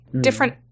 different